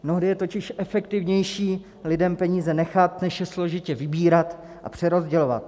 Mnohdy je totiž efektivnější lidem peníze nechat, než je složitě vybírat a přerozdělovat.